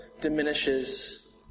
diminishes